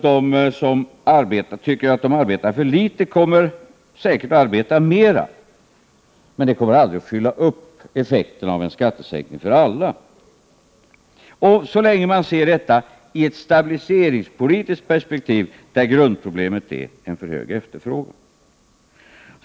De som tycker att de arbetar för litet kommer säkert att arbeta mer, men det kommer aldrig att uppväga effekten av en skattesänkning för alla när man ser problemet ur ett stabiliseringspolitiskt perspektiv där grundproblemet är en för hög efterfrågan.